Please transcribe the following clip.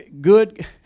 good